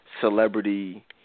celebrity